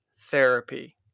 therapy